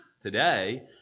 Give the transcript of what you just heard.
today